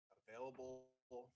available